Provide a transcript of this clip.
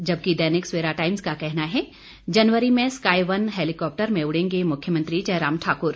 जबकि दैनिक सवेरा टाइम्स का कहना है जनवरी में स्काई वन हेलीकॉप्टर में उड़ेंगे मुख्यमंत्री जयराम ठाक्र